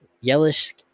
yellowish